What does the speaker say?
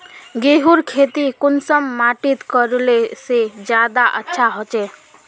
गेहूँर खेती कुंसम माटित करले से ज्यादा अच्छा हाचे?